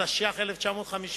התשי"ח 1958,